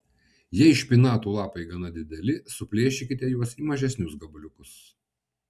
jei špinatų lapai gana dideli suplėšykite juos į mažesnius gabaliukus